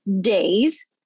days